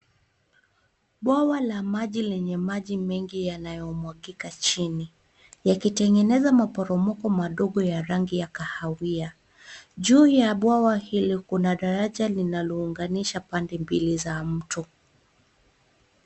Bwawa la maji lenye maji mengi yanayomwagika chini, yakitengeneza maporomoko madogo ya rangi ya kahawia. Juu ya bwawa hilo kuna daraja linalounganisha pande mbili za mto.